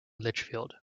litchfield